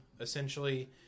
essentially